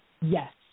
Yes